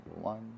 one